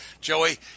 Joey